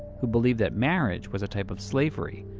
who believed that marriage was a type of slavery